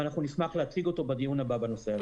ואנחנו נשמח להציג אותו בדיון הבא בנושא הזה.